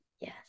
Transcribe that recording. yes